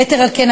יתר על כן,